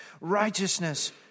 Righteousness